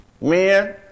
Men